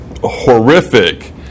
horrific